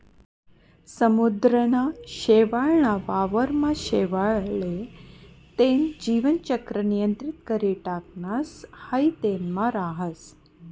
समुद्रना शेवाळ ना वावर मा शेवाळ ले तेन जीवन चक्र नियंत्रित करी टाकणस हाई तेनमा राहस